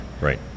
Right